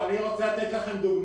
אני רוצה לתת לכם דוגמה.